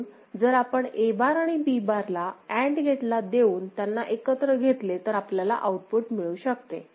म्हणून जर आपण A बार आणि B बार ला अँड गेटला देऊन त्यांना एकत्र घेतले तर आपल्याला आऊटपुट मिळू शकते